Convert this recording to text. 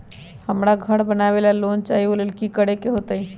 हमरा घर बनाबे ला लोन चाहि ओ लेल की की करे के होतई?